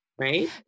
right